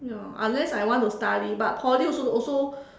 ya unless I want to study but Poly also also